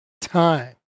time